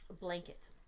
blanket